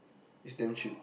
it's damn cheap